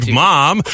mom